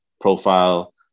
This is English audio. profile